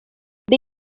the